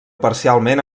parcialment